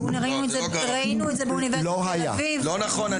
לא נכון.